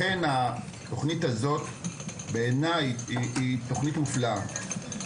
לכן, התוכנית הזאת בעיניי היא תוכנית מופלאה.